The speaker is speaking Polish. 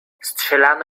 strzelano